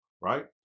right